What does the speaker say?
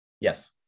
yes